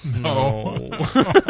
No